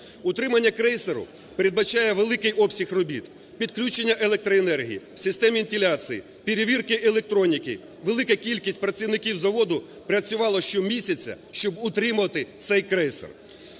Утримання крейсеру передбачає великий обсяг робіт: підключення електроенергії, системи вентиляції, перевірки електроніки, велика кількість працівників заводу працювало щомісяця, щоб утримувати цей крейсер.